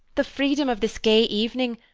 the freedom of this gay evening,